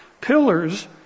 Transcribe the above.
Pillars